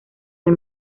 del